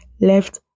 left